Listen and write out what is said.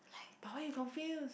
but why you confuse